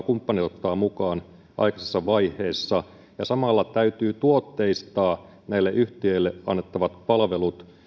kumppanit kannattaa ottaa mukaan aikaisessa vaiheessa ja samalla täytyy tuotteistaa näille yhtiöille annettavat palvelut